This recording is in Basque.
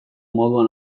moduan